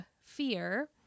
fear